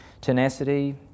tenacity